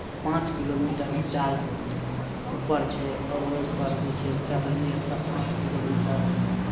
पाँच किलोमीटर ऊँचाइ ऊपर छै आओर ओहिपर जे छै चढ़लियै एक सए पाँच किलोमीटर